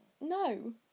no